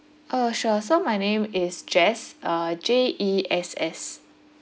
uh sure so my name is jess uh J E S S